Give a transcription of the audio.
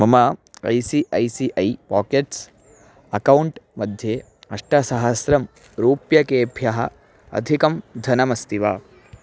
मम I C I C I pockets account मध्ये अष्टसहस्रं रूप्यकेभ्यः अधिकं धनमस्ति वा